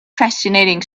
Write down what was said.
fascinating